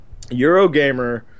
Eurogamer